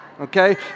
okay